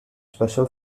special